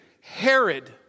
Herod